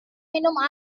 minum